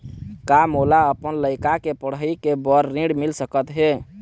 का मोला अपन लइका के पढ़ई के बर ऋण मिल सकत हे?